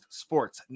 sports